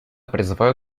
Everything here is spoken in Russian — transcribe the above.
призываю